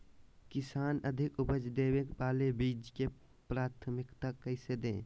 किसान अधिक उपज देवे वाले बीजों के प्राथमिकता कैसे दे?